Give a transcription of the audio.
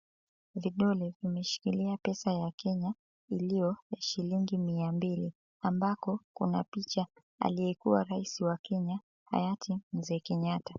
Vidole vimeshikilia pesa ya Kenya, iliyo ya shilingi mia mbili. Ambako kuna picha ya aliyekuwa rais wa Kenya, Hayati Mzee Kenyatta.